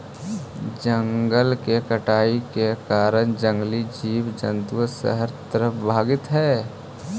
जंगल के कटाई के कारण जंगली जीव जंतु शहर तरफ भागित हइ